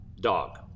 DOG